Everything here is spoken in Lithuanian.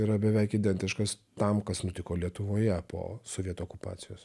yra beveik identiškas tam kas nutiko lietuvoje po sovietų okupacijos